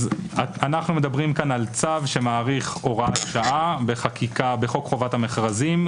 אז אנחנו מדברים כאן על צו שמאריך הוראת שעה בחקיקה בחוק חובת המכרזים,